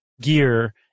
gear